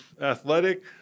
athletic